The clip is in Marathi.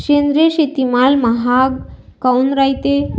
सेंद्रिय शेतीमाल महाग काऊन रायते?